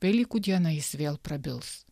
velykų dieną jis vėl prabils